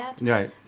Right